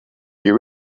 you